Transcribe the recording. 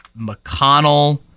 McConnell